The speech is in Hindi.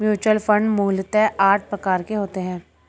म्यूच्यूअल फण्ड मूलतः आठ प्रकार के होते हैं